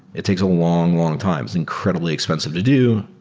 it takes a long, long time. it's incredibly expensive to do.